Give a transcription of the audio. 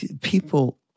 People